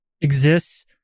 exists